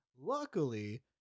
luckily